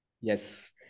Yes